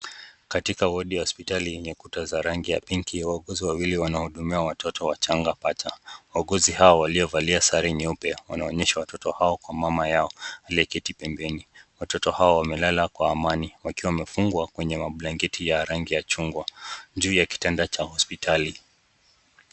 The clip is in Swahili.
Katika wodi ya hosipitali yenye kuta za rangi ya pinki, wauguzi wawili wanawahudumia watoto wachanga. Wauguzi waliovalia sare nyeupe wanaonyesha watoto hao kwa mama yao aliyeketi pembeni. Watoto hao wamelala kwa amani wakiwa wamefungwa kwenye mablanketi ya rangi ya chungwa juu ya kitanda cha hosipitali.